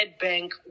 bank